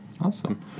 Awesome